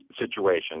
situation